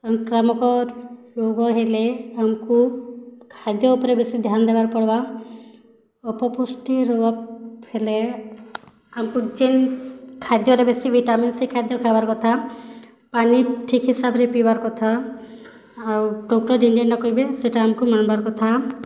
ସଂକ୍ରାମକ ରୁଗ ହେଲେ ଆମ୍କୁ ଖାଦ୍ୟ ଉପରେ ବେଶୀ ଧ୍ୟାନ୍ ଦେବାର୍ ପଡ଼୍ବା ଅପପୁଷ୍ଟି ରୋଗ ହେଲେ ଆମ୍କୁ ଯେନ୍ ଖାଦ୍ୟରେ ବେଶୀ ଭିଟାମିନ୍ ସେଇ ଖାଦ୍ୟ ଖାଇବାର କଥା ପାନି ଠିକ୍ ହିସାବରେ ପିଇବାର କଥା ଆଉ ଡକ୍ଟର ଯେନ୍ ଯେନ୍ଟା କହିବେ ସେଟା ଆମ୍କୁ ମାନିବାର କଥା